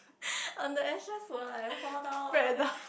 on the extra floor I fall down or something